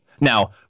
Now